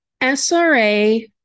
SRA